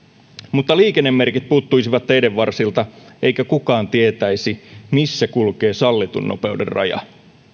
mutta liikennemerkit puuttuisivat teidenvarsilta eikä kukaan tietäisi missä kulkee sallitun nopeuden raja